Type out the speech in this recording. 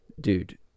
Dude